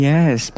Yes